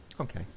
Okay